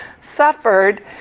suffered